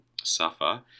suffer